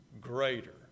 greater